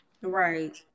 Right